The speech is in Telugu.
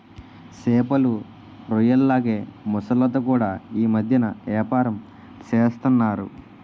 సేపలు, రొయ్యల్లాగే మొసల్లతో కూడా యీ మద్దెన ఏపారం సేస్తన్నారు